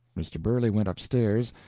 mr. burley went up-stairs,